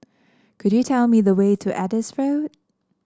could you tell me the way to Adis Road